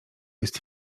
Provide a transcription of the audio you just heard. jest